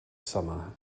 summer